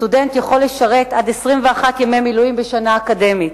סטודנט יכול לשרת עד 21 ימי מילואים בשנה אקדמית.